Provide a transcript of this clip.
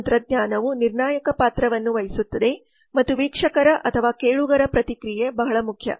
ತಂತ್ರಜ್ಞಾನವು ನಿರ್ಣಾಯಕ ಪಾತ್ರವನ್ನು ವಹಿಸುತ್ತದೆ ಮತ್ತು ವೀಕ್ಷಕರ ಅಥವಾ ಕೇಳುಗರ ಪ್ರತಿಕ್ರಿಯೆ ಬಹಳ ಮುಖ್ಯ